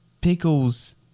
Pickles